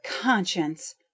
conscience